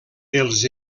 els